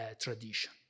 tradition